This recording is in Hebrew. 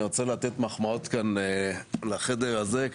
אני רוצה לתת מחמאות כאן לחדר הזה.